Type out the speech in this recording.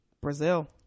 Brazil